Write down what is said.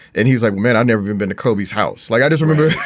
and he's like, man, i'd never been been to kobe's house. like, i just remember.